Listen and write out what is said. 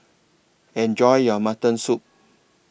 Enjoy your Mutton Soup